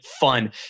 fun